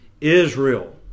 Israel